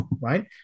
right